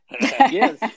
yes